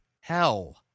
hell